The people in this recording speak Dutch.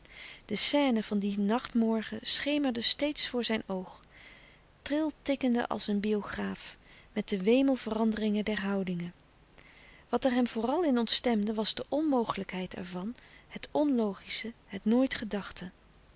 de scène van dien nachtmorgen schemerde steeds voor zijn oog triltikkende als een biograaf met de wemelveranderingen der houdingen wat er hem vooral in ontstemde was de onmogelijkheid ervan het onlogische het nooit gedachte